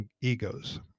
egos